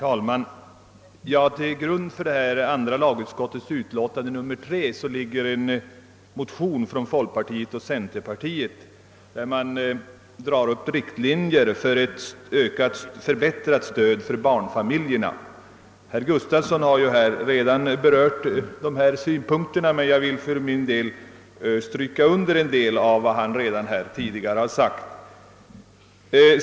Herr talman! Till grund för andra lagutskottets utlåtande nr 3 ligger en motion från folkpartiet och centerpartiet i vilken riktlinjerna dras upp för en förbättring av stödet till barnfamiljerna. Herr Gustavsson i Alvesta har redan berört frågan men jag vill understryka en del av vad han sagt.